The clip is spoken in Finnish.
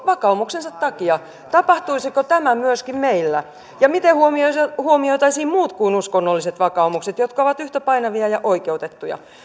vakaumuksensa takia tapahtuisiko tämä myöskin meillä ja miten huomioitaisiin muut kuin uskonnolliset vakaumukset jotka ovat yhtä painavia ja oikeutettuja